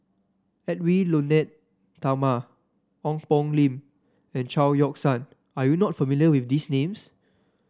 Edwy Lyonet Talma Ong Poh Lim and Chao Yoke San are you not familiar with these names